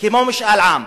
כמו משאל עם.